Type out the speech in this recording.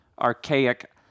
archaic